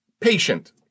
Patient